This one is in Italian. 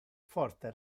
forte